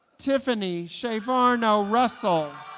tiffany chavarno russell